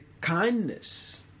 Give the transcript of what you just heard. kindness